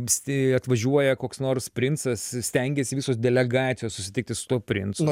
anksti atvažiuoja koks nors princas stengiasi visos delegacijos susitikti su tuo princu